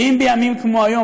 ואם בימים כמו היום,